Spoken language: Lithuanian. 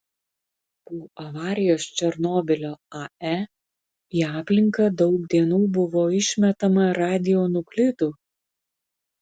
po avarijos černobylio ae į aplinką daug dienų buvo išmetama radionuklidų